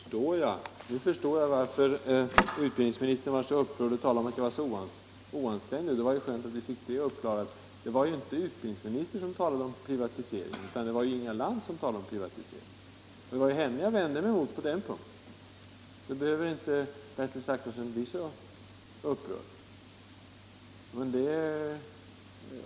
Herr talman! Nu förstår jag varför utbildningsministern blev upprörd och talade om att jag var oanständig. Det var skönt att vi fick det uppklarat. Det var inte utbildningsministern som talade om privatisering utan Inga Lantz. Det var henne jag vände mig mot på den punkten. Bertil Zachrisson behöver alltså inte bli så upprörd.